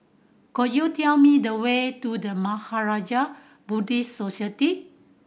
could you tell me the way to The Mahaprajna Buddhist Society